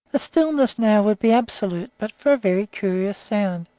the stillness now would be absolute but for a very curious sound,